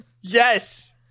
yes